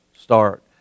start